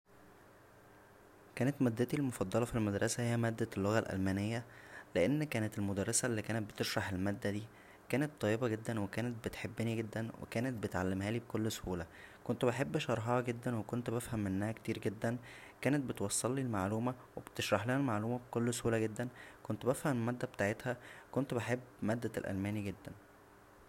كانت مادتى المفضله فالمدرسه هى مادة اللغة الالمانيه لان كانت المدرسة اللى كانت بتشرح الماده دى كانت طيبه جدا و كانت بتحبنى جدا وكانت بتعلمهالى بكل سهوله كنت بحب شرحها جدا وكنت بفهم منها كتير جدا كانت بتوصلى المعلومه و بتشرحلنا المعلومه بكل سهوله جدا كنت بفهم الماده بتاعتها كنت بحب مادة الالمانى جدا